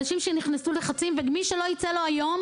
אנשים שנכנסו ללחצים ומי שלא יצא היום,